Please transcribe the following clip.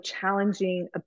challenging